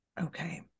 Okay